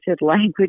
language